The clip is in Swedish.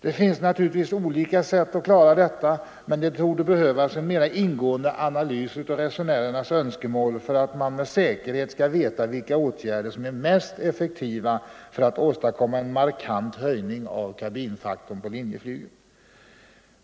Det finns naturligtvis olika sätt att klara detta, men det torde behövas en mera ingående analys av resenärernas önskemål för att man med säkerhet skall veta vilka åtgärder som är mest effektiva för att åstadkomma en markant höjning av kabinfaktorn på linjeflyget.